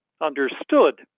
understood